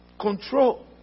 control